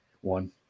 one